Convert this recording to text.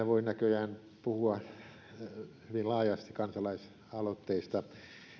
voi näköjään puhua hyvin laajasti kansalaisaloitteista